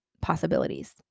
possibilities